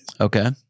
Okay